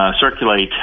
circulate